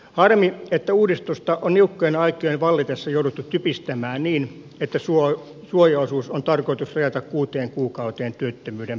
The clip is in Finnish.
harmi että uudistusta on niukkojen aikojen vallitessa jouduttu typistämään niin että suojaosuus on tarkoitus rajata kuuteen kuukauteen työttömyyden päättymisestä